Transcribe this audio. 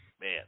man